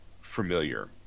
familiar